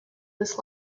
this